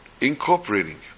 incorporating